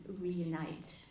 reunite